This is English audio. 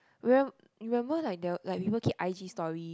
remem~ remember like the like people keep I_G story